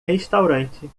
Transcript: restaurante